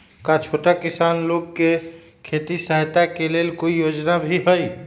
का छोटा किसान लोग के खेती सहायता के लगी कोई योजना भी हई?